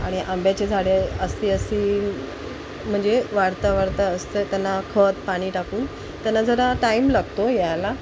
आणि आंब्याचे झाडे असती असती म्हणजे वाढता वाढता असते त्यांना खत पाणी टाकून त्यांना जरा टाईम लागतो याला